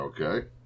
Okay